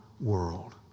world